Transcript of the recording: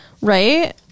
Right